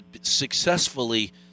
successfully